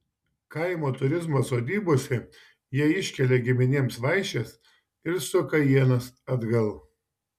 kaimo turizmo sodybose jie iškelia giminėms vaišes ir suka ienas atgal